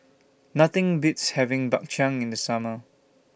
Nothing Beats having Bak Chang in The Summer